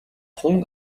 тун